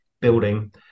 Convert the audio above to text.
building